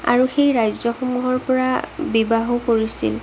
আৰু সেই ৰাজ্যসমূহৰ পৰা বিবাহো কৰিছিল